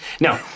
No